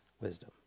Wisdom